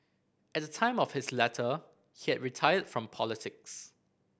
at the time of his letter he had retired from politics